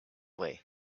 way